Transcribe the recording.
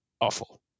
awful